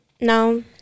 no